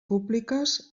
públiques